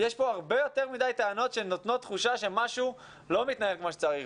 יש פה הרבה יותר מדי טענות שנותנות תחושה שמשהו לא מתנהל כמו שצריך.